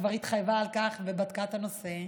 שכבר התחייבה על כך ובדקה את הנושא,